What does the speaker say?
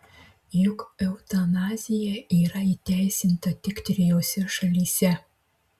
juk eutanazija yra įteisinta tik trijose šalyse